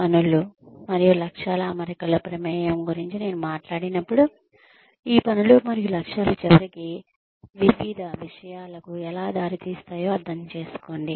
పనులు మరియు లక్ష్యాల అమరికలో ప్రమేయం గురించి నేను మాట్లాడినప్పుడు ఈ పనులు మరియు లక్ష్యాలు చివరికి వివిధ విషయాలకు ఎలా దారితీస్తాయో అర్థం చేసుకోండి